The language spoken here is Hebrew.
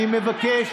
אני מבקש.